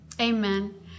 Amen